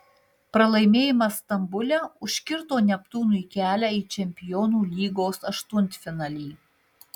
pralaimėjimas stambule užkirto neptūnui kelią į čempionų lygos aštuntfinalį